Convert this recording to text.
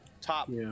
top